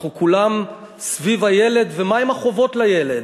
אנחנו כולנו סביב הילד, ומה עם חובות הילד?